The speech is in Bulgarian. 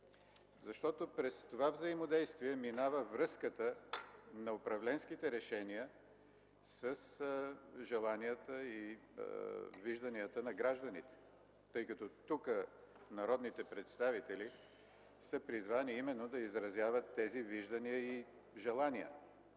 Защото през това взаимодействие минава връзката на управленските решения с желанията и вижданията на гражданите, тъй като тук народните представители са призвани именно да изразяват тези виждания и желания.